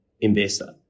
investor